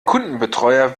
kundenbetreuer